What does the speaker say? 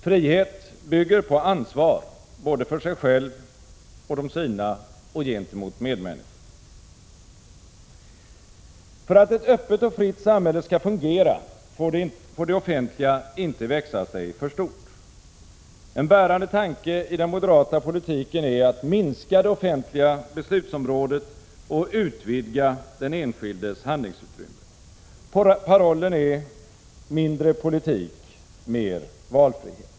Frihet bygger på att man visar ansvar, både för sig själv och de sina och gentemot medmänniskor. För att ett öppet och fritt samhälle skall fungera får det offentliga inte växa sig för stort. En bärande tanke i den moderata politiken är att minska det offentliga beslutsområdet och utvidga den enskildes handlingsutrymme. Parollen är ”Mindre politik — mer valfrihet”.